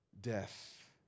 death